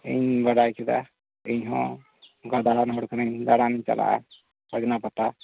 ᱤᱧ ᱵᱟᱰᱟᱭ ᱠᱮᱫᱟ ᱤᱧᱦᱚᱸ ᱚᱱᱠᱟ ᱫᱟᱬᱟᱱ ᱦᱚᱲ ᱠᱟᱱᱟᱹᱧ ᱫᱟᱬᱟᱱ ᱤᱧ ᱪᱟᱞᱟᱜᱼᱟ ᱥᱚᱡᱽᱱᱟ ᱯᱟᱛᱟ